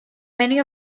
many